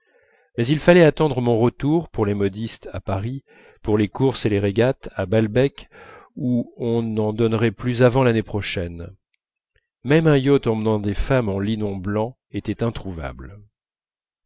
mais il fallait attendre mon retour pour les modistes à paris pour les courses et les régates à balbec où on n'en donnerait plus avant l'année prochaine même un yacht emmenant des femmes en linon blanc était introuvable